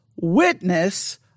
Witness